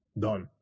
Done